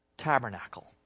tabernacle